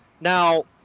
Now